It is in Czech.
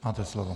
Máte slovo.